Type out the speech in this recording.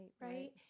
right